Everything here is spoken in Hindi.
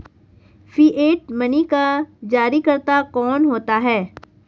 फिएट मनी का जारीकर्ता कौन होता है?